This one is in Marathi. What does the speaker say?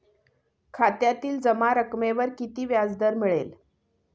खात्यातील जमा रकमेवर किती व्याजदर मिळेल?